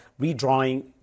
redrawing